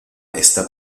está